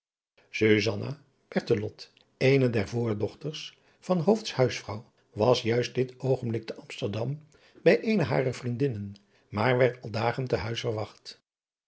eene der voordochters van hoofts huisvrouw was juist dit oogenblik te amsterdam bij eene harer vriendinnen maar werd alle dagen te huis verwacht